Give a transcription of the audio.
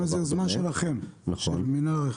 זאת אומרת זו יוזמה שלכם, של מינהל הרכב?